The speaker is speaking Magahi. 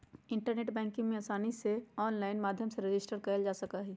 इन्टरनेट बैंकिंग में आसानी से आनलाइन माध्यम से रजिस्टर कइल जा सका हई